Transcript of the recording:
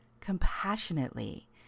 compassionately